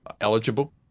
eligible